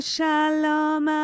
Shalom